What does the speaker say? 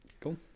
Cool